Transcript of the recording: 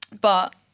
but-